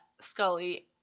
Scully